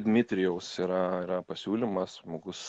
dmitrijaus yra yra pasiūlymas žmogus